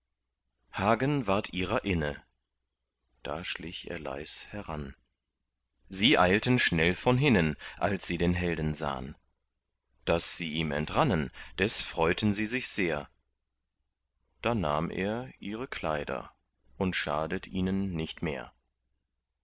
hagen ward ihrer inne da schlich er leis heran sie eilten schnell von hinnen als sie den helden sahn daß sie ihm entrannen des freuten sie sich sehr da nahm er ihre kleider und schadet ihnen nicht mehr